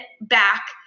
back